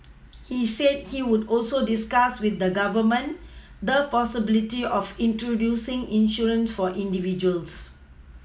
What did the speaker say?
he said he would also discuss with the Government the possibility of introducing insurance for individuals